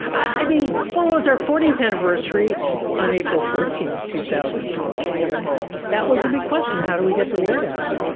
i mean, well, it was our fortieth anniversary on april fourteenth, two thousand and twelve. and that was a big question, how do we get the word out?